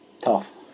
tough